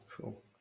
cool